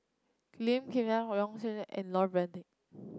Lim Hng Kiang Yong Nyuk Lin and Lloyd Valberg